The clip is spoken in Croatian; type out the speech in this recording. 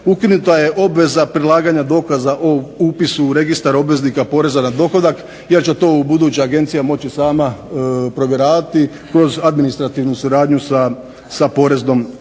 Ukinuta je obveza prilaganja dokaza o upisu u registar obveznika poreza na dohodak jer će to u buduće agencija moći sama provjeravati kroz administrativnu suradnju sa poreznom